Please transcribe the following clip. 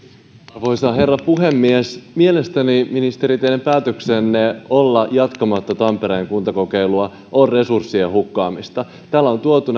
arvoisa herra puhemies mielestäni ministeri teidän päätöksenne olla jatkamatta tampereen kuntakokeilua on resurssien hukkaamista täällä on tuotu